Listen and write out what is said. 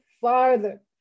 farther